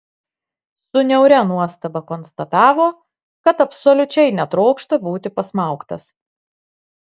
su niauria nuostaba konstatavo kad absoliučiai netrokšta būti pasmaugtas